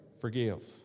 forgive